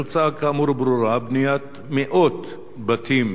התוצאה, כאמור, ברורה: בניית מאות בתים